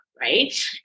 Right